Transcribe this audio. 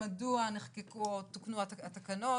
מדוע נחקקו או תוקנו התקנות,